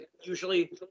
usually